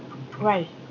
why